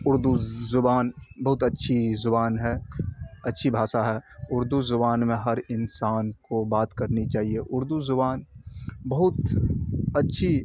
اردو زبان بہت اچھی زبان ہے اچھی بھاشا ہے اردو زبان میں ہر انسان کو بات کرنی چاہیے اردو زبان بہت اچھی